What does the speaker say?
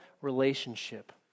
relationship